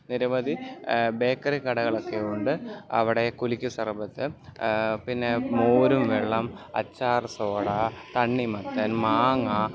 നിരവധി ബേക്കറി കടകളൊക്കെയുണ്ട് അവിടെ കുലുക്കി സർബത്ത് പിന്നെ മോരും വെള്ളം അച്ചാറ് സോഡ തണ്ണിമത്തൻ മാങ്ങ